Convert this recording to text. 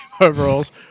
overalls